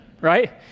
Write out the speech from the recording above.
right